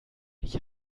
ich